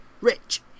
rich